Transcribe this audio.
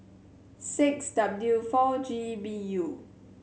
six W four G B U